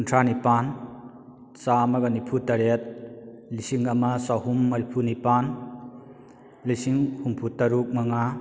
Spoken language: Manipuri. ꯀꯨꯟꯊ꯭ꯔꯥ ꯅꯤꯄꯥꯟ ꯆꯥꯝꯃꯒ ꯅꯤꯐꯨꯇꯔꯦꯠ ꯂꯤꯁꯤꯡ ꯑꯃ ꯆꯍꯨꯝ ꯃꯔꯤꯐꯨ ꯅꯤꯄꯥꯟ ꯂꯤꯁꯤꯡ ꯍꯨꯝꯐꯨ ꯇꯔꯨꯛ ꯃꯉꯥ